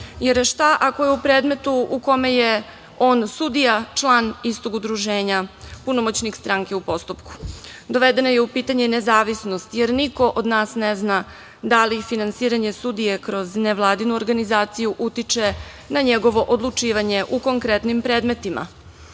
jer šta ako je u predmetu u kome je on sudija član istog udruženja, punomoćnik stranke u postupku. Dovedena je u pitanje i nezavisnost, jer niko od nas ne zna da li finansiranje sudije kroz nevladinu organizaciju utiče na njegovo odlučivanje u konkretnim predmetima. Kolega